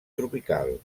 tropical